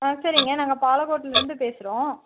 சரிங்க நாங்கள் பாலகோட்டில் இருந்து பேசுகிறோம்